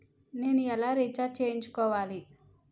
నేను ఎలా రీఛార్జ్ చేయించుకోవాలి?